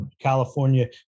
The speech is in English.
California